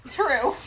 true